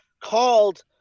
called